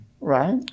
right